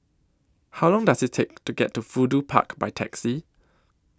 How Long Does IT Take to get to Fudu Park By Taxi